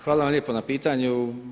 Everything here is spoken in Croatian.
Hvala vam lijepo na pitanju.